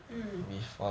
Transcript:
mm